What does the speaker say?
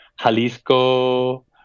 jalisco